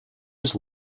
his